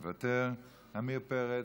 מוותר, עמיר פרץ,